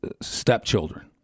stepchildren